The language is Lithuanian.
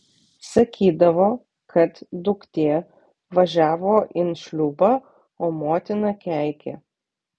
sakydavo kad duktė važiavo in šliūbą o motina keikė